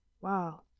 Wow